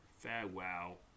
Farewell